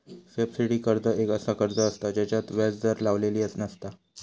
subsidy कर्ज एक असा कर्ज असता जेच्यात व्याज दर लावलेली नसता